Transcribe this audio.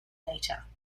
later